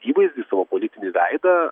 įvaizdį savo politinį veidą